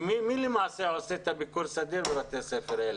מי למעשה עושה את הביקור סדיר בבתי הספר האלה?